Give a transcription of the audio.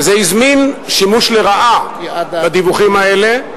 וזה הזמין שימוש לרעה בדיווחים האלה,